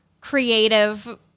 creative